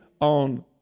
on